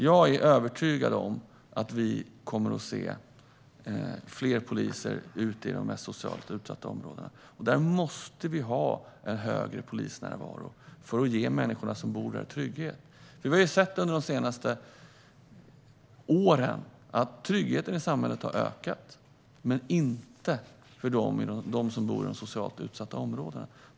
Jag är övertygad om att vi kommer att se fler poliser i de mest socialt utsatta områdena. Där måste vi ha en högre polisnärvaro för att ge de människor som bor där trygghet. Vi har sett under de senaste åren att tryggheten i samhället har ökat men inte för dem som bor i de socialt utsatta områdena.